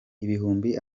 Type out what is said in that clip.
ibihumbi